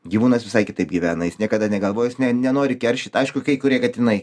gyvūnas visai kitaip gyvena jis niekada negalvojęs nė nenori keršyt aišku kai kurie katinai